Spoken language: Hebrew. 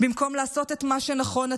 במקום לעשות את מה שנכון,